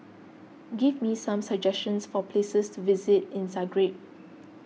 give me some suggestions for places to visit in Zagreb